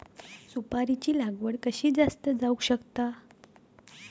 सुपारीची लागवड कशी जास्त जावक शकता?